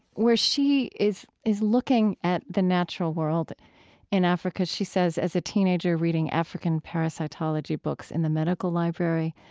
where she is is looking at the natural world in africa. she says as a teenager reading african parasitology books in the medical library,